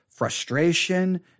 Frustration